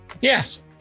Yes